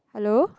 hello